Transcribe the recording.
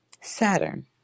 Saturn